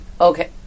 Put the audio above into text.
Okay